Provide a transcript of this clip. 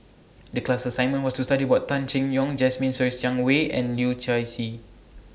The class assignment was to study about Tan Seng Yong Jasmine Ser Xiang Wei and Leu Yew Chye